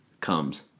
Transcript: comes